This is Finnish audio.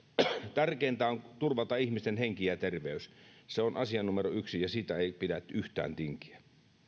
tärkeintä on turvata ihmisten henki ja terveys se on asia numero yksi ja siitä ei pidä yhtään tinkiä